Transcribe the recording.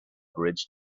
bridge